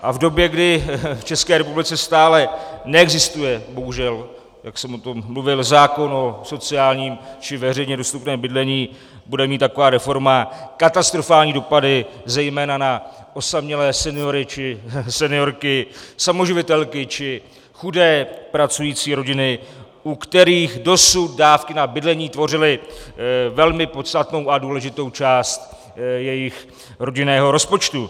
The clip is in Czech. A v době, kdy v České republice stále neexistuje, bohužel, jak jsem o tom mluvil, zákon o sociálním či veřejně dostupném bydlení, bude mít taková reforma katastrofální dopady, zejména na osamělé seniory či seniorky, samoživitelky či chudé pracující rodiny, u kterých dosud dávky na bydlení tvořily velmi podstatnou a důležitou část jejich rodinného rozpočtu.